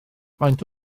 faint